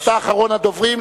אתה אחרון הדוברים,